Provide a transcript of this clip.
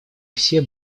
все